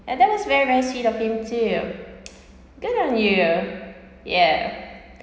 and that was very very sweet of him too good on you yeah